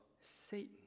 Satan